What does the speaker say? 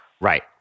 Right